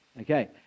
Okay